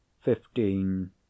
Fifteen